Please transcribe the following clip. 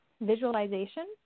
visualization